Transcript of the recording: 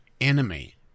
enemy